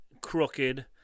crooked